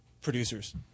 producers